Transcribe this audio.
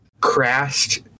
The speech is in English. crashed